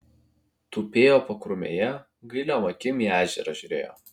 tupėjo pakrūmėje gailiom akim į ežerą žiūrėjo